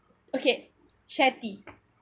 okay share tea